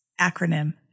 acronym